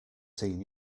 seen